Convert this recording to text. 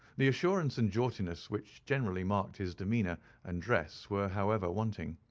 the assurance and jauntiness which generally marked his demeanour and dress were, however, wanting.